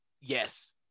Yes